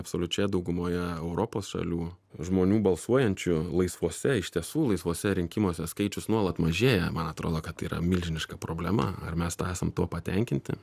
absoliučioje daugumoje europos šalių žmonių balsuojančių laisvuose iš tiesų laisvuose rinkimuose skaičius nuolat mažėja man atrodo kad yra milžiniška problema ar mes tuo esame tuo patenkinti